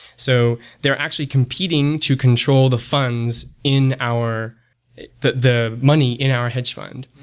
so they're actually competing to control the funds in our the the money in our hedge fund.